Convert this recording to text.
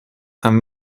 and